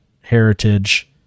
heritage